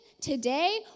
today